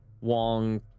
Wong